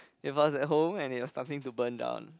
it was at home and it was starting to burn down